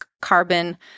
carbon